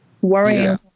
worrying